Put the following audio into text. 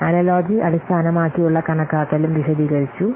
analogy അടിസ്ഥാനമാക്കിയുള്ള കണക്കാക്കലും വിശദീകരിച്ചു